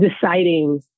deciding